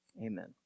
amen